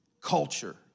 culture